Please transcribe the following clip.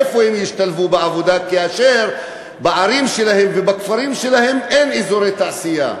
איפה הן ישתלבו בעבודה כאשר בערים שלהן ובכפרים שלהן אין אזורי תעשייה?